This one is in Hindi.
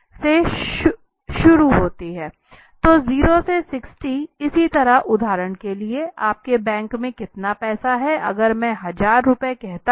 तो 0 से 60 इसी तरह उदाहरण के लिए आपके बैंक में कितना पैसा है अगर मैं 1000 रुपए कहता हूँ